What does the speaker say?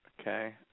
okay